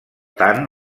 tant